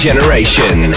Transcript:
Generation